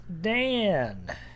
Dan